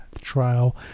trial